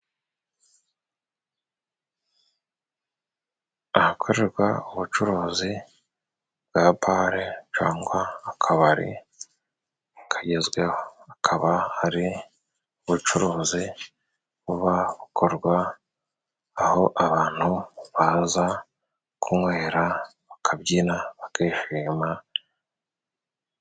Ahakorerwa ubucuruzi bwa bare cangwa akabari kagezweho, hakaba hari ubucuruzi buba bukorwa aho abantu baza kunywera, bakabyina bakishima.